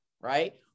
right